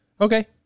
okay